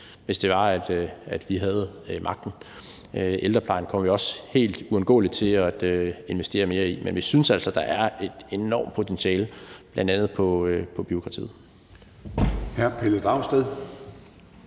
hvis det var, at vi havde magten. Ældreplejen kommer vi også helt uundgåeligt til at investere mere i. Men vi synes altså, at der er et enormt potentiale, bl.a. i bureaukratiet.